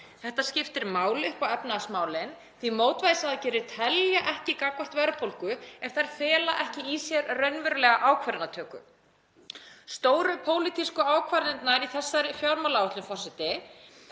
Þetta skiptir máli upp á efnahagsmálin því að mótvægisaðgerðir telja ekki gagnvart verðbólgu ef þær fela ekki í sér raunverulega ákvarðanatöku. Stóru pólitísku ákvarðanirnar í þessari fjármálaáætlun